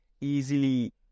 easily